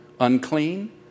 unclean